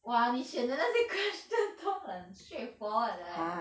!wah! 你选择的那些 questions 都很 straightforward 的 leh